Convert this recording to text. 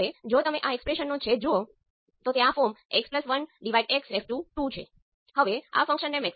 તેથી પ્રથમ કિસ્સામાં આપણે V2 થી 0 સેટ કરીએ છીએ જેનો અર્થ છે કે તમારું શોર્ટ સર્કિટ પોર્ટ નંબર 2 અને તમે આ બાજુ I1 લાગુ કરો છો અને તમે V1 અને I2